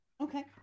Okay